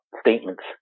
statements